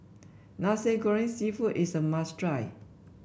Nasi Goreng seafood is a must try